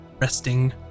resting